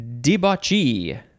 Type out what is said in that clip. debauchee